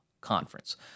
conference